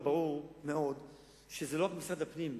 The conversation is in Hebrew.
ברור מאוד שזה לא רק משרד הפנים,